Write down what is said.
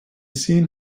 seen